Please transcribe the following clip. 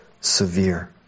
severe